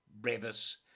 brevis